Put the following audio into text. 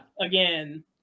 Again